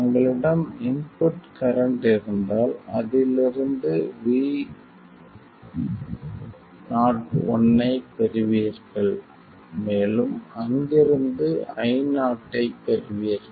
உங்களிடம் input current இருந்தால் அதில் இருந்து Vo1 ஐப் பெறுவீர்கள் மேலும் அங்கிருந்து Io ஐப் பெறுவீர்கள்